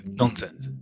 nonsense